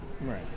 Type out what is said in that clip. Right